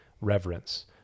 reverence